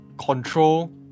control